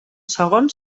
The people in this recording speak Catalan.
segon